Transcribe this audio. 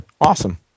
Awesome